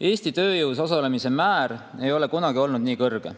Eesti tööjõus osalemise määr ei ole kunagi olnud nii kõrge.